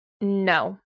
no